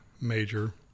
major